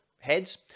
Heads